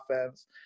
offense